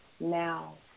now